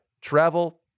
travel